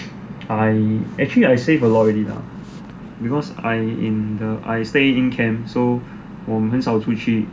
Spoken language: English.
I actually I save a lot already lah because I in the I stay in camp so 我很少出去